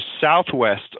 southwest